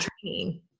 training